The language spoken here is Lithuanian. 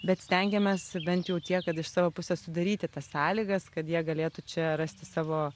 bet stengiamės bent jau tiek kad iš savo pusės sudaryti tas sąlygas kad jie galėtų čia rasti savo